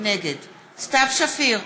נגד סתיו שפיר,